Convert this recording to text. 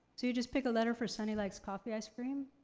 so you just pick a letter for sunny likes coffee ice cream.